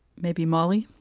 maybe molly